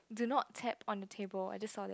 do not tap on the table I just saw that